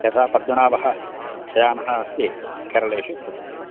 यथा पद्मनाभः शयानः अस्ति केरळेषु तद् ह्म्